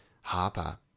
Harper